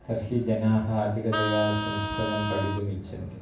तर्हि जनाः अधिकतया संस्कृतं पठितुम् इच्छन्ति